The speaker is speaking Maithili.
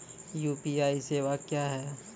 यु.पी.आई सेवा क्या हैं?